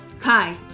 Hi